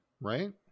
right